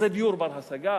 אז זה דיור בר-השגה?